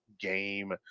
game